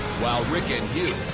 while rick and hugh.